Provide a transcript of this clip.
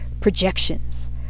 projections